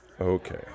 Okay